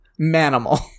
Manimal